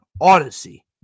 Odyssey